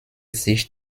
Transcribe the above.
sich